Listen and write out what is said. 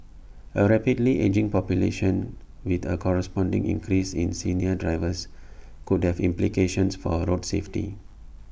A rapidly ageing population with A corresponding increase in senior drivers could have implications for road safety